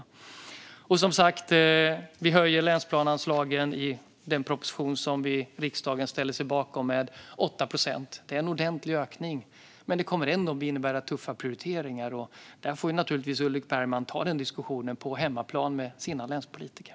Vi höjer som sagt länsplaneanslagen med 8 procent i den proposition som riksdagen ställer sig bakom. Det är en ordentlig ökning, men det kommer ändå att innebära tuffa prioriteringar. Den diskussionen får naturligtvis Ulrik Bergman ta på hemmaplan med sina länspolitiker.